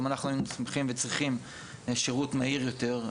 גם אנחנו היינו שמחים וצריכים שירות מהיר יותר,